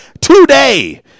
Today